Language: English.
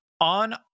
on